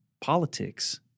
politics